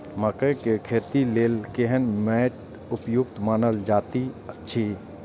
मकैय के खेती के लेल केहन मैट उपयुक्त मानल जाति अछि?